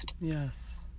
Yes